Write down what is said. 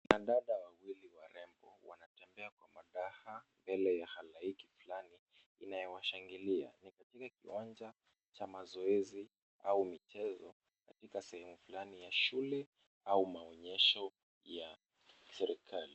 Wadada wawili warembo, wanatebea kwa madaha mbele ya halaiki fulani inayowashangilia. Ni katika kiwanja cha mazoezi au michezo, katika sehemu fulani ya shule au maonyesho a serikali.